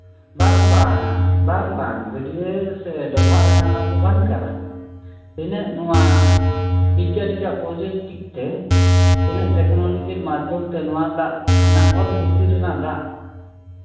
ᱵᱟᱝ ᱵᱟᱝ ᱵᱟᱝ ᱵᱟᱝ ᱜᱟᱹᱰᱭᱟᱹ ᱥᱮ ᱰᱚᱵᱷᱟᱜ ᱨᱮᱱᱟᱜ ᱫᱟᱜ ᱫᱚ ᱵᱟᱝ ᱠᱟᱱᱟ ᱛᱤᱱᱟᱹᱜ ᱱᱚᱣᱟ ᱵᱤᱜᱽᱜᱟᱱᱤᱠᱟᱜ ᱯᱨᱳᱡᱩᱠᱛᱤᱠᱛᱮ ᱛᱤᱱᱟᱹᱜ ᱴᱮᱠᱱᱳᱞᱚᱡᱤ ᱢᱟᱫᱽᱫᱷᱚᱢᱛᱮ ᱱᱚᱣᱟ ᱫᱟᱜ ᱦᱟᱱᱟ ᱚᱛ ᱵᱷᱤᱛᱤᱨ ᱨᱮᱱᱟᱜ ᱫᱟᱜ